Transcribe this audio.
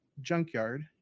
Junkyard